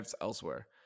elsewhere